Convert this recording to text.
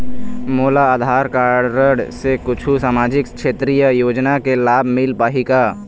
मोला आधार कारड से कुछू सामाजिक क्षेत्रीय योजना के लाभ मिल पाही का?